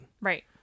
right